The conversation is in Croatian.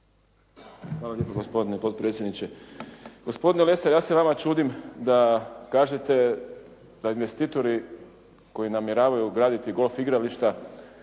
Hvala lijepo gospodine potpredsjedniče. Gospodine Lesar ja se vama čudim da kažete da investitori koji namjeravaju graditi golf igrališta